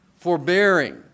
forbearing